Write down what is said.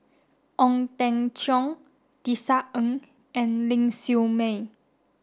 Ong Teng Cheong Tisa Ng and Ling Siew May